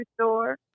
store